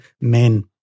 men